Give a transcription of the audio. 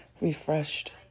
refreshed